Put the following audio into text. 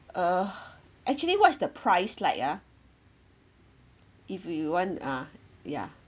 uh actually what is the price like ah if we want ah yeah